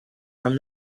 from